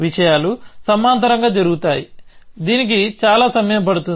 విషయాలు సమాంతరంగా జరుగుతాయి దీనికి చాలా సమయం పడుతుంది